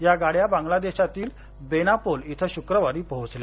या गाड्या बांग्लादेशातील बेनापोल इथं शुक्रवारी पोहोचल्या